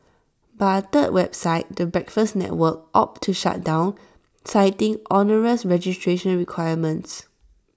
but A third website the breakfast network opted to shut down citing onerous registration requirements